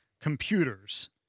computers